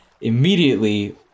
immediately